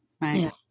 Right